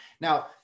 now